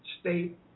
state